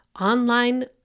online